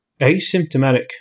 asymptomatic